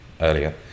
earlier